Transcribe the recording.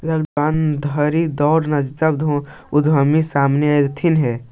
lockdown घरी ढेर नवजात उद्यमी सामने अएलथिन हे